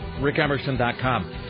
rickemerson.com